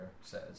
says